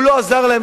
הוא לא עזר להם.